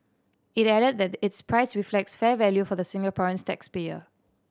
it added that its price reflects fair value for the Singaporean tax payer